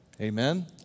Amen